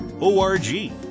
O-R-G